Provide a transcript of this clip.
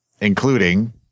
Including